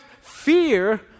fear